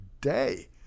day